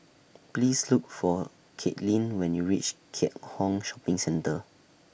Please Look For Katelyn when YOU REACH Keat Hong Shopping Centre